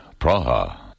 Praha